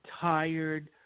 tired